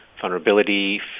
vulnerability